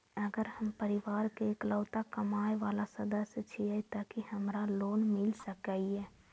अगर हम परिवार के इकलौता कमाय वाला सदस्य छियै त की हमरा लोन मिल सकीए?